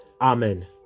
amen